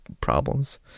problems